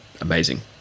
amazing